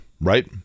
right